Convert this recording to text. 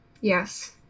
Yes